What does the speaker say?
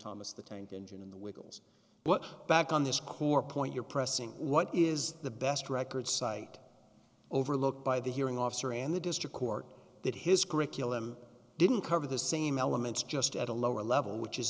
thomas the tank engine and the wiggles but back on this core point you're pressing what is the best record site overlooked by the hearing officer and the district court that his curriculum didn't cover the same elements just at a lower level which is